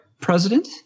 president